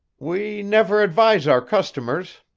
we never advise our customers,